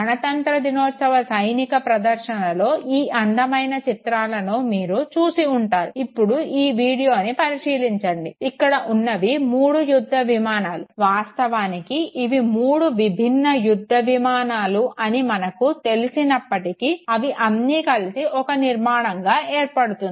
గణతంత్ర దినోత్సవ సైనిక ప్రధర్శనలో ఈ అందమైన చిత్రాలను మీరు చూసి ఉంటారు ఇప్పుడు ఈ వీడియోని పరిశీలించండి ఇక్కడ ఉన్నవి మూడు యుద్ధవిమానాలు వాస్తవానికి ఇవి మూడు విభిన్న యుద్ధవిమానాలు అని మనకు తెలిసినప్పటికీ అవి అన్నీ కలిసి ఒక నిర్మాణంగా ఏర్పడుతుంది